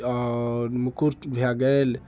आओर मुकुट भए गेल